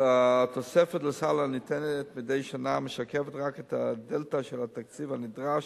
התוספת לסל הניתנת מדי שנה משקפת רק את הדלתא של התקציב הנדרש